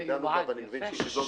כי דנו בה ואני מבין שהיא תידון